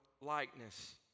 likeness